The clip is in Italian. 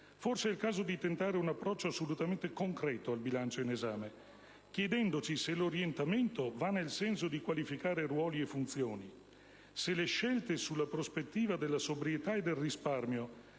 forse è il caso di tentare un approccio assolutamente concreto al bilancio in esame, chiedendoci se l'orientamento vada nel senso di qualificare ruoli e funzioni; se le scelte sulla prospettiva della sobrietà e del risparmio,